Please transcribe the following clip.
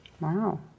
Wow